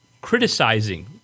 criticizing